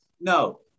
no